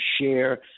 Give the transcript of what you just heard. share